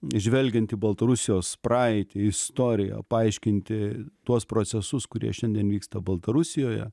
žvelgiant į baltarusijos praeitį istoriją paaiškinti tuos procesus kurie šiandien vyksta baltarusijoje